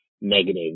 negative